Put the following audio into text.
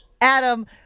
Adam